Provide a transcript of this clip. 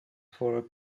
for